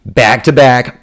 back-to-back